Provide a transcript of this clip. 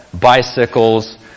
bicycles